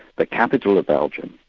the capital of belgium,